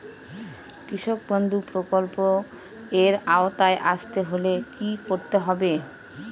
কৃষকবন্ধু প্রকল্প এর আওতায় আসতে হলে কি করতে হবে?